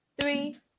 three